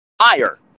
higher